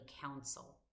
council